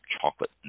chocolate